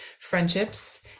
friendships